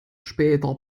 später